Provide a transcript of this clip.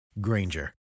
Granger